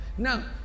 now